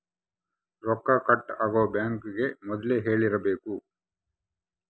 ರೊಕ್ಕ ಕಟ್ ಆಗೋ ಬ್ಯಾಂಕ್ ಗೇ ಮೊದ್ಲೇ ಹೇಳಿರಬೇಕು